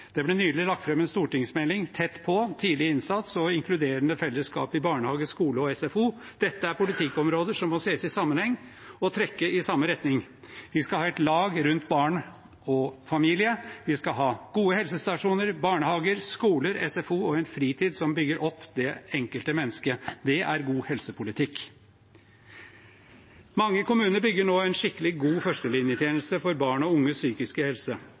stortingsmelding ble nylig lagt fram: Tett på – tidlig innsats og inkluderende fellesskap i barnehage, skole og SFO, Meld. St. 6 for 2019–2020. Dette er politikkområder som må ses i sammenheng og trekke i samme retning. Vi skal ha et lag rundt barn og familie, vi skal ha gode helsestasjoner, barnehager, skoler, SFO og en fritid som bygger opp det enkelte mennesket. Det er god helsepolitikk. Mange kommuner bygger nå en skikkelig god førstelinjetjeneste for barn og unges psykiske helse.